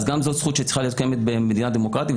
אז גם זאת זכות שצריכה להיות קיימת במדינה דמוקרטית,